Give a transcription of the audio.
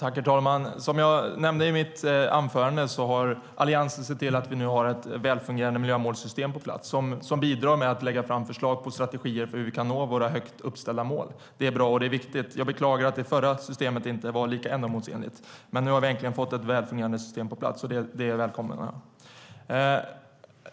Herr talman! Som jag nämnde i mitt anförande har Alliansen sett till att vi nu har ett välfungerande miljömålssystem på plats som bidrar med att lägga fram förslag på strategier för hur vi kan nå våra högt uppställda mål. Det är bra, och det är viktigt. Jag beklagar att det förra systemet inte var lika ändamålsenligt. Men nu har vi äntligen fått ett välfungerande system på plats, och det välkomnar jag.